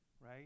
right